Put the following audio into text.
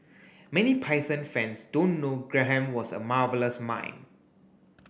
many Python fans don't know Graham was a marvellous mime